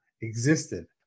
existed